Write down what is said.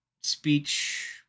speech